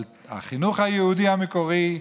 אבל החינוך היהודי המקורי,